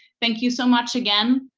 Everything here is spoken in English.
thank you so much again.